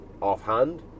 offhand